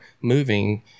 moving